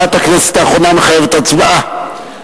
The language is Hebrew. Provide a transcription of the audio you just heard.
הודעת הכנסת האחרונה מחייבת הצבעה,